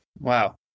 Wow